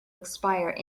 expire